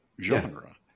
genre